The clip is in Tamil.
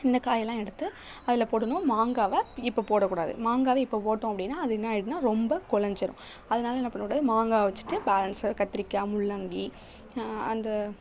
இந்த காயெல்லாம் எடுத்து அதில் போடணும் மங்காவை இப்போ போடக்கூடாது மங்காவை இப்போ போட்டோம் அப்படின்னா அது என்ன ஆயிடும்னா ரொம்ப குலஞ்சிரும் அதனால என்ன பண்ணக்கூடாது மங்காவை வச்சிகிட்டு பேலன்ஸ கத்திரிக்காய் முள்ளங்கி அந்த